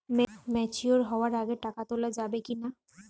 Mature হওয়ার আগে টাকা তোলা যাবে কিনা?